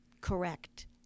Correct